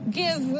give